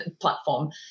platform